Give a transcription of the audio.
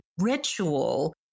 ritual